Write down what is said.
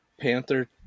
Panther